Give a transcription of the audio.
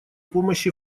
помощи